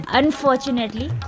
unfortunately